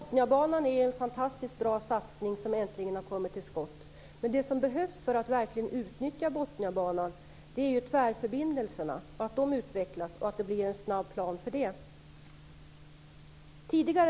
Herr talman! Botniabanan är en fantastiskt bra satsning som äntligen har kommit till skott. Men det som behövs för att verkligen utnyttja Botniabanan är ju att tvärförbindelserna utvecklas och att det blir en snabb plan för detta.